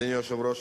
אדוני היושב-ראש,